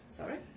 Sorry